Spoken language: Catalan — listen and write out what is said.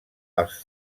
als